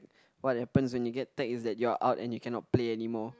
what happens when you get tag is that you're out and that you cannot play anymore